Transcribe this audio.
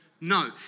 No